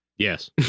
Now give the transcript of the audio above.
Yes